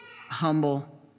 humble